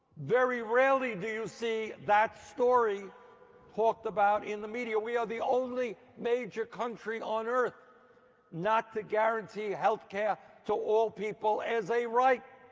very rarely do you see that story talked about in the media. we're the only major country on earth not to guarantee health care to all people as a right.